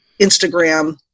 Instagram